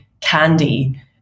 candy